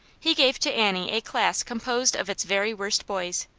he gave to annie a class composed of its very worst boys.